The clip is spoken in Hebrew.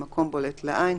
במקום בולט לעין,